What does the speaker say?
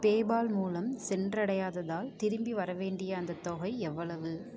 PayPal மூலம் சென்றடையாததால் திரும்பி வரவேண்டிய அந்தத் தொகை எவ்வளவு